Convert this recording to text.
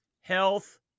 health